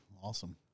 awesome